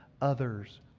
others